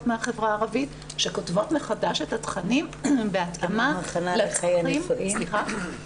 מהחברה הערבית שכותבות מחדש את התכנים בהתאמה לצרכים של החברה הערבית.